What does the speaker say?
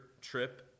trip